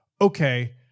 okay